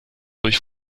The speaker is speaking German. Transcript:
durch